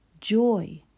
joy